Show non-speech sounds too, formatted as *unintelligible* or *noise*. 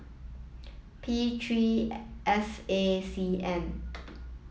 P three *unintelligible* S A C N